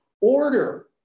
order